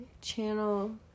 channel